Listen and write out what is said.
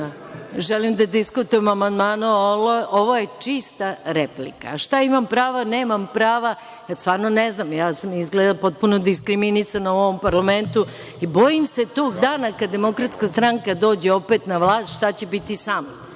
o amandmanu, ali ovo je čista replika. Šta imam prava, nemam prava, stvarno ne znam, ja sam izgleda potpuno diskriminisana u ovom parlamentu. Bojim se tog dana kad DS dođe opet na vlast šta će biti sa